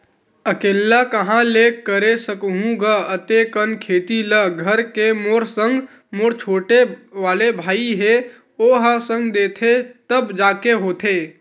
अकेल्ला काँहा ले करे सकहूं गा अते कन खेती ल घर के मोर संग मोर छोटे वाले भाई हे ओहा संग देथे तब जाके होथे